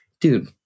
Dude